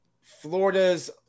Florida's